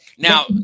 Now